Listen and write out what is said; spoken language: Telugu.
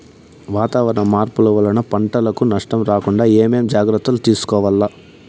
వాతావరణ మార్పులు వలన పంటలకు నష్టం రాకుండా ఏమేం జాగ్రత్తలు తీసుకోవల్ల?